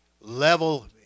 level